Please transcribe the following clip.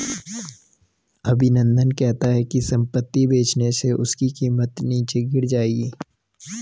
अभिनंदन कहता है कि संपत्ति बेचने से उसकी कीमत नीचे गिर जाएगी